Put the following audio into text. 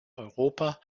europa